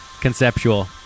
conceptual